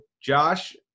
Josh